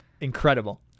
incredible